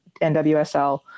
nwsl